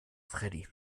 freddy